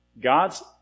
God's